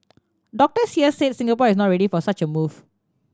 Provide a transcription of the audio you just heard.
doctors here said Singapore is not ready for such a move